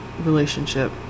Relationship